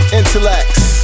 intellects